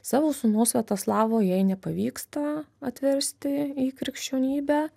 savo sūnaus sviatoslavo jai nepavyksta atversti į krikščionybę